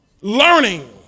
learning